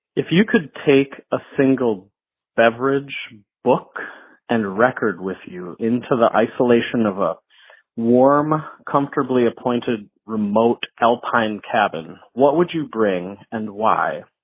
if you could take a single beverage book and record with you into the isolation of a warm, comfortably appointed remote alpine cabin, what would you bring and why?